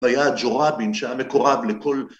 ‫והיה ג'ורבין שהיה מקורב לכל...